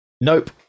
Nope